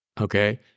Okay